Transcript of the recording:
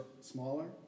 smaller